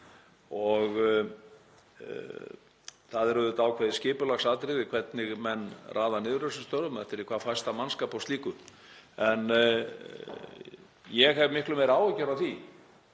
Það er auðvitað ákveðið skipulagsatriði hvernig menn raða niður þessum störfum eftir því hvað fæst af mannskap og slíku. En ég hef miklu meiri áhyggjur af því